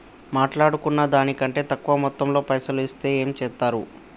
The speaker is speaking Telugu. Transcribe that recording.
మాట్లాడుకున్న దాని కంటే తక్కువ మొత్తంలో పైసలు ఇస్తే ఏం చేత్తరు?